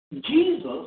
Jesus